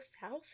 south